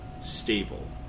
stable